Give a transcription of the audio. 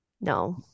no